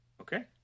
Okay